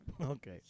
Okay